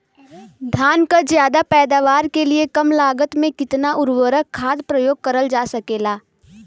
धान क ज्यादा पैदावार के लिए कम लागत में कितना उर्वरक खाद प्रयोग करल जा सकेला?